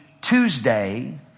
Tuesday